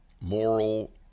moral